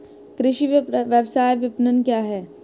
कृषि व्यवसाय विपणन क्या है?